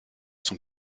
son